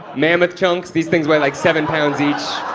mammoth chunks. these things weigh, like, seven pounds each.